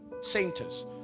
centers